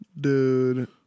dude